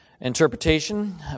interpretation